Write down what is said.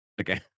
Okay